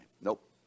Nope